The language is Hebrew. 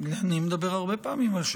אני מדבר הרבה פעמים על שלום בין אחים.